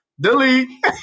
Delete